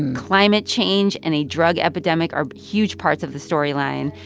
climate change and a drug epidemic are huge parts of the storyline.